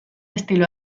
estilo